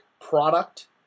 product